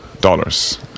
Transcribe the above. dollars